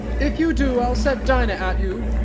if you do, i'll set dinah at you!